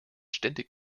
ständig